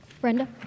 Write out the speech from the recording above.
Brenda